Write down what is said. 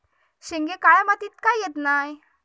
शेंगे काळ्या मातीयेत का येत नाय?